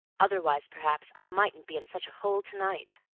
otherwise perhaps i mightn't be in such a hole to-night.